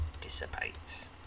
dissipates